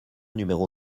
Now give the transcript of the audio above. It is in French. numéro